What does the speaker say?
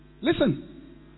Listen